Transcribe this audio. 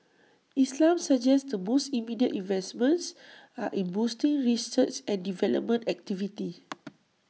islam suggests the most immediate investments are in boosting research and development activity